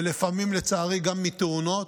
ולפעמים, לצערי, גם מתאונות,